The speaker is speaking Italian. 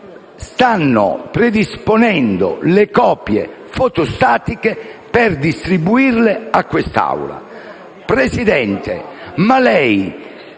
stavano predisponendo le copie fotostatiche per distribuirle a quest'Aula.